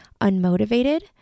unmotivated